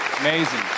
Amazing